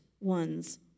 ones